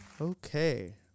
Okay